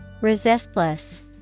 Resistless